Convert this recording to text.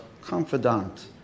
confidant